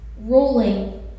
rolling